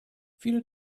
viele